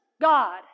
God